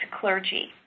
clergy